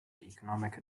economic